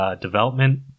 development